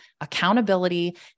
accountability